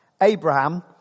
Abraham